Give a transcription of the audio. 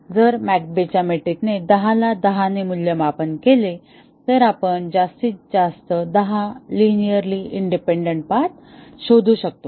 जर McCabe च्या मेट्रिकने 10 ला 10 ने मूल्यमापन केले तर आपण जास्तीत जास्त 10 लिनिअरली इंडिपेंडन्ट पाथ शोधू शकतो